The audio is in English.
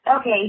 Okay